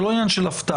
זה לא עניין של הפתעה,